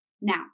Now